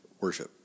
worship